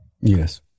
Yes